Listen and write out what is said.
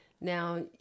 now